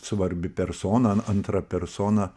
svarbi persona antra persona